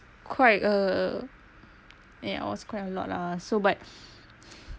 quite uh and it was quite a lot lah so but